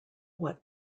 what